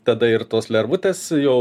tada ir tos lervutės jau